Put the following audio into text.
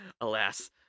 alas